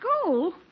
School